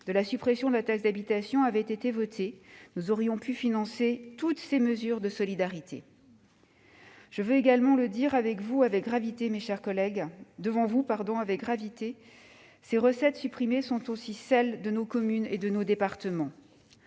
sur la suppression de la taxe d'habitation avaient été votés, nous aurions pu financer toutes ces mesures de solidarité ! Je veux également le dire devant vous avec gravité, mes chers collègues : ces recettes supprimées sont aussi celles de nos communes et de nos départements.